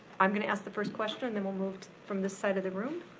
i'm gonna ask the first question, then we'll move from this side of the room,